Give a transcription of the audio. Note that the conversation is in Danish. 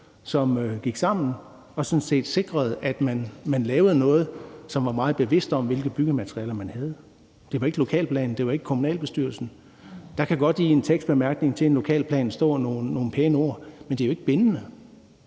som gik sammen og sådan set sikrede, at man lavede noget, og som var meget bevidste om, hvilke byggematerialer man havde. Det var ikke lokalplanen, og det var ikke kommunalbestyrelsen. Der kan godt i en tekstbemærkning til en lokalplan stå nogle pæne ord, men det er jo ikke bindende.